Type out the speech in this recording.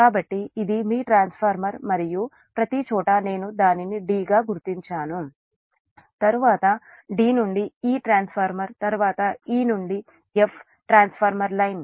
కాబట్టి ఇది మీ ట్రాన్స్ఫార్మర్ మరియు ప్రతిచోటా నేను దానిని d గా గుర్తించాను తరువాత d నుండి e ట్రాన్స్ఫార్మర్ తరువాత e to f transmission line